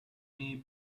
may